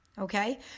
okay